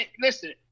listen